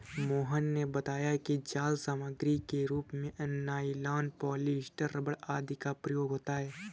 मोहन ने बताया कि जाल सामग्री के रूप में नाइलॉन, पॉलीस्टर, रबर आदि का प्रयोग होता है